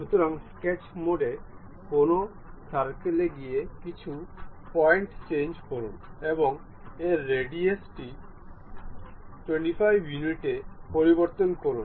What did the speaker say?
সুতরাং স্কেচ মোডে কোনও সার্কেলে গিয়ে কিছু পয়েন্ট চেঞ্জ করুন এবং এর রেডিয়াস টি 25 ইউনিটে পরিবর্তন করুন